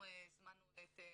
שהזמנו את,